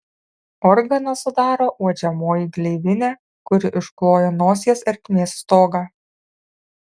organą sudaro uodžiamoji gleivinė kuri iškloja nosies ertmės stogą